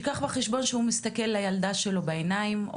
שייקח בחשבון שהוא מסתכל לילדה שלו בעיניים,